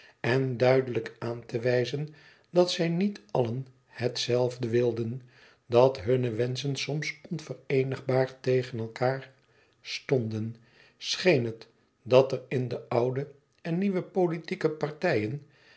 en duidelijk aan te wijzen dat zij niet allen het zelfde wilden dat hunne wenschen soms onvereenigbaar tegen elkander stonden scheen het dat er in de oude en nieuwe politieke partijen